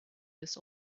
this